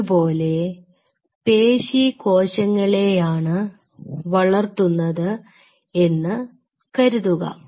ഇതുപോലെ പേശി കോശങ്ങളെയാണ് വളർത്തുന്നത് എന്ന് കരുതുക